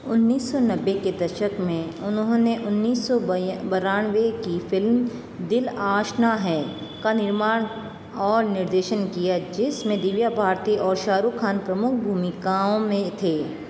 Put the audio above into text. उन्नीस सौ नब्बे के दशक में उन्होंने उन्नीस सो बियां बानवे की फ़िल्म दिल आशना है का निर्माण और निर्देशन किया जिसमें दिव्या भारती और शाहरुख ख़ान प्रमुख भूमिकाओं में थे